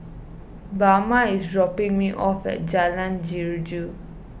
Bama is dropping me off at Jalan Jeruju